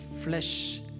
flesh